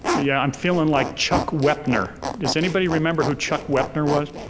yeah, i'm feeling like chuck wepner. does anybody remember who chuck wepner was?